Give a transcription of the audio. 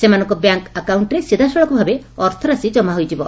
ସେମାନଙ୍କ ବ୍ୟାଙ୍କ୍ ଆକାଉଣ୍କ୍ରେ ସିଧାସଳଖ ଭାବେ ଅର୍ଥରାଶି ଜମା ହୋଇଯିବ